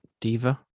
diva